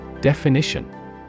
Definition